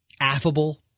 affable